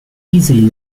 easily